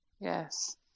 Yes